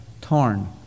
torn